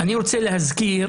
אני רוצה להזכיר